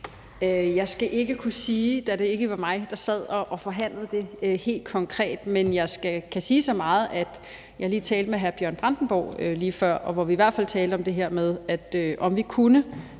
Jeg skal ikke kunne sige det helt konkret, da det ikke var mig, der sad og forhandlede det. Men jeg kan sige så meget, at jeg lige talte med hr. Bjørn Brandenborg lige før, hvor vi i hvert fald talte om det her med, om vi måske